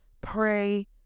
pray